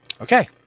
okay